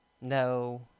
No